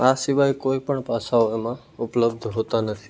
આ સિવાયના કોઈ પણ પાસાઓ એમાં ઉપલબ્ધ હોતા નથી